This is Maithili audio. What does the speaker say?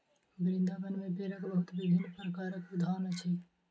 वृन्दावन में बेरक बहुत विभिन्न प्रकारक उद्यान अछि